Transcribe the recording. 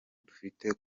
dufite